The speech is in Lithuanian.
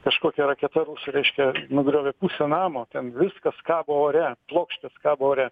kažkokia raketa rusų reiškia nugriovė pusę namo ten viskas kabo ore plokštės kabo ore